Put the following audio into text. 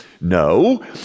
No